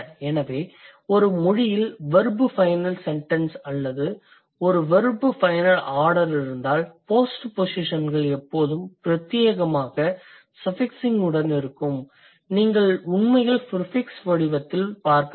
எனவே ஒரு மொழியில் வெர்ப் ஃபைனல் செண்டென்ஸ் அல்லது ஒரு வெர்ப் ஃபைனல் ஆர்டர் இருந்தால் போஸ்ட்போசிஷன்கள் எப்போதும் பிரத்தியேகமாக சஃபிக்ஸிங்உடன் இருக்கும் நீங்கள் உண்மையில் ப்ரிஃபிக்ஸ் வடிவத்தில் பார்க்கவில்லை